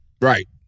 Right